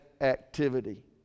activity